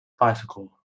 bicycle